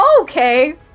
Okay